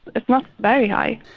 it's not very high.